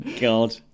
God